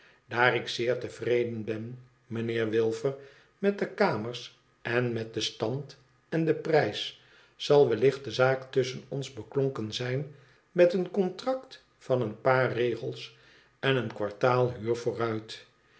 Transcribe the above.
daar ik zeer tevreden ben mijnheer wilfer met de kamers en met den stand en den prijs zal wellicht de zaak tusschen ons beklonken zijn met een contract van een paar regels en een kwartaal huur vooruit